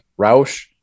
Roush